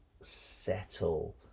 settle